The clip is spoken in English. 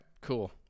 cool